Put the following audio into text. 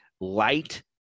light